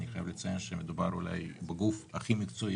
אני חייב לציין שמדובר בגוף הכי מקצועי